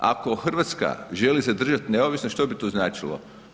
Ako Hrvatska želi zadržati neovisnost, što bi to značilo?